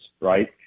right